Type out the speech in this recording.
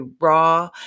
raw